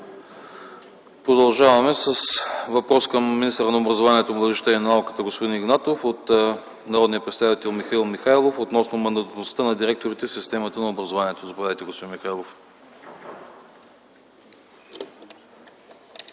Продължаваме с въпрос към министъра на образованието, младежта и науката – господин Игнатов, от народния представител Михаил Михайлов относно мандатността на директорите в системата на образованието. Заповядайте, господин Михайлов.